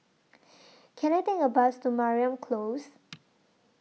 Can I Take A Bus to Mariam Close